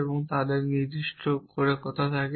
এবং তারা নির্দিষ্ট কিছু করে থাকে